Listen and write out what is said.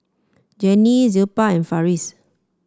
Genie Zilpah and Farris